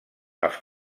els